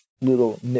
little